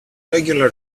regular